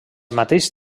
mateix